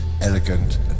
elegant